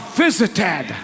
visited